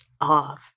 off